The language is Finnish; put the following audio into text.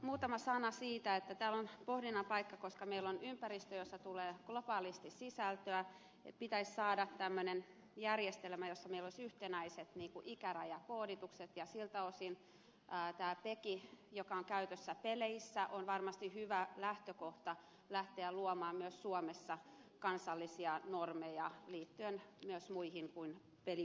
muutama sana siitä että täällä on pohdinnan paikka koska meillä on ympäristö jossa tulee globaalisti sisältöä että pitäisi saada tämmöinen järjestelmä jossa meillä olisi yhtenäiset ikärajakooditukset ja siltä osin tämä pegi joka on käytössä peleissä on varmasti hyvä lähtökohta lähteä luomaan myös suomessa kansallisia normeja liittyen myös muihin kuin peliympäristöön